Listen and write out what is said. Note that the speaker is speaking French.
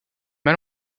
mal